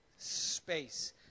space